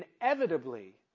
inevitably